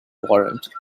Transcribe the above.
warrant